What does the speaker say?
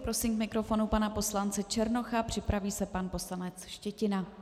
Prosím k mikrofonu pana poslance Černocha, připraví se pan poslanec Štětina.